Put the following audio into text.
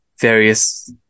various